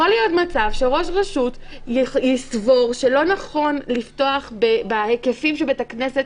יכול להיות מצב שראש רשות יסבור שלא נכון לפתוח בהיקפים שבית הכנסת